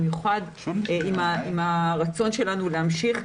במיוחד עם הרצון שלנו להמשיך.